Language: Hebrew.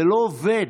זה לא עובד.